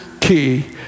key